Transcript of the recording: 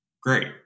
great